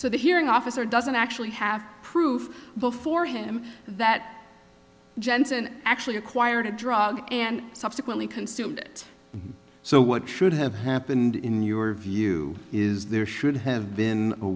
so the hearing officer doesn't actually have proof before him that jensen actually acquired a drug and subsequently consumed it so what should have happened in your view is there should have been a